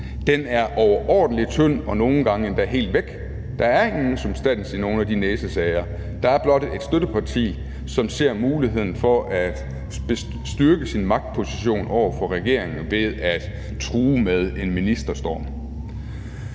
side, er overordentlig tynd og nogle gange endda helt væk. Der er ingen substans i nogle af de næsesager – der er blot et støtteparti, som ser muligheden for at bestyrke sin magtposition over for regeringen ved at true med en ministerstorm.